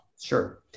sure